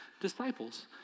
disciples